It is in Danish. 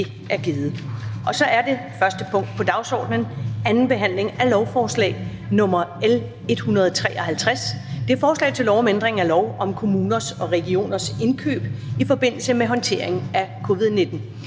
--- Det første punkt på dagsordenen er: 1) 2. behandling af lovforslag nr. L 153: Forslag til lov om ændring af lov om kommuners og regioners indkøb i forbindelse med håndtering af covid-19.